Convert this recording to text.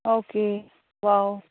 okay wow